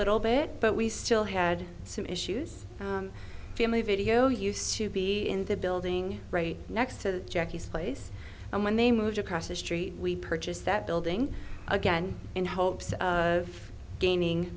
little bit but we still had some issues family video used to be in the building right next to jackie's place and when they moved across the street we purchased that building again in hopes of gaining